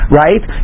right